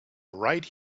right